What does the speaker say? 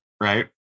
right